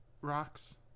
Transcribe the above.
rocks